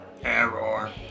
Error